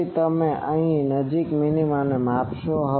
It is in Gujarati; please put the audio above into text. તેથી તમે નજીકના મિનિમાને માપશો